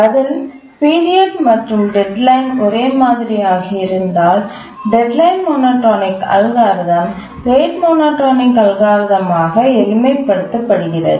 பதில் பீரியட் மற்றும் டெட்லைன் ஒரே மாதிரியாக இருந்தால் deadline monotonic algorithm rate monotonic algorithm ஆக எளிமை படுத்தப்படுகிறது